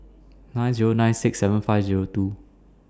nine Zero nine six seven five Zero two